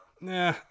Nah